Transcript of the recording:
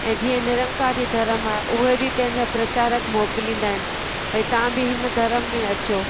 ऐं जीअं निरंकारी धर्म आहे उहे बि पंहिंजा प्रचारक मोकिलींदा आहिनि भई तव्हां बि हिन धर्म में अचो